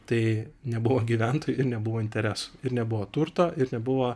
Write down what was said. tai nebuvo gyventojų ir nebuvo interesų ir nebuvo turto ir nebuvo